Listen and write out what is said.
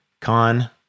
Con